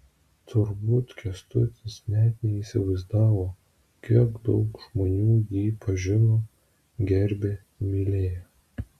turbūt kęstutis net neįsivaizdavo kiek daug žmonių jį pažino gerbė mylėjo